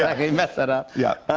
he messed that up. yeah.